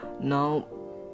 now